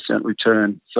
return